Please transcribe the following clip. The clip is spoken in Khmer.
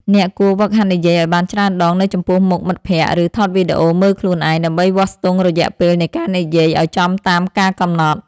អ្នកគួរហ្វឹកហាត់និយាយឱ្យបានច្រើនដងនៅចំពោះមុខមិត្តភក្តិ ឬថតវីដេអូមើលខ្លួនឯង ដើម្បីវាស់ស្ទង់រយៈពេលនៃការនិយាយឱ្យចំតាមការកំណត់។